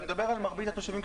אני מדבר על מרבית התושבים.